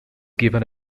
given